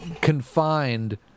confined